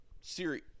Siri